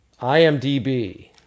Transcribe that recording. IMDb